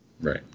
Right